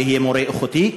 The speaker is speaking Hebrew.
שיהיה מורה איכותי,